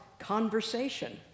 conversation